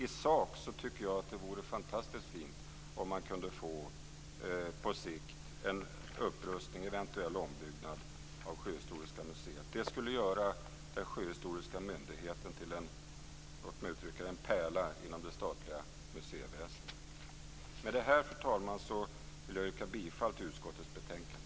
I sak tycker jag att det vore fantastiskt fint om man på sikt kunde få en upprustning, eventuellt en ombyggnad, av Sjöhistoriska museet. Det skulle göra den sjöhistoriska myndigheten till en pärla inom det statliga museiväsendet. Med detta, fru talman, vill jag yrka bifall till utskottets hemställan.